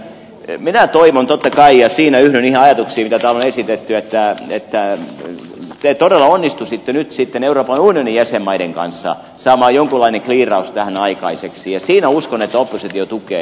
minä toivon totta kai ja siinä yhdyn ihan ajatuksiin mitä täällä on esitetty että te todella onnistuisitte nyt euroopan unionin jäsenmaiden kanssa saamaan jonkunlaisen kliirauksen tähän aikaiseksi ja siinä uskon että oppositio tukee